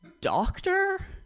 doctor